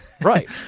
Right